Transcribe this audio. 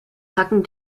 tacken